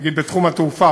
נגיד בתחום התעופה,